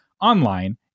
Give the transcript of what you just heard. online